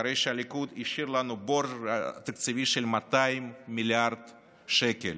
אחרי שהליכוד השאיר לנו בור תקציבי של 200 מיליארד שקל,